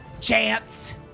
chance